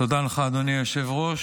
תודה לך, אדוני היושב-ראש.